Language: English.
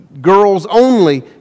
girls-only